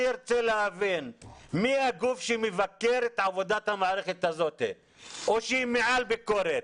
אני ארצה להבין מי הגוף שמבקר את עבודת המערכת הזאת או שהיא מעל ביקורת